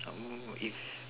if